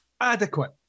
adequate